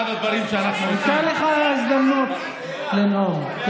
הדברים שאנחנו עושים, הייתה לך הזדמנות לנאום.